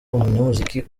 umunyamuziki